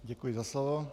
Děkuji za slovo.